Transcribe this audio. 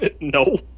No